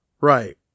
Right